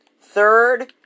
third